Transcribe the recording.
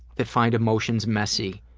that find emotions messy.